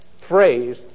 phrase